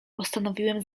postanowiłem